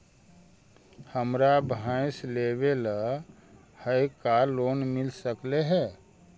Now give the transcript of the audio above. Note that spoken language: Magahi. हमरा भैस लेबे ल है का लोन मिल सकले हे?